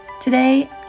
Today